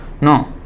no